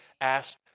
asked